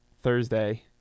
Thursday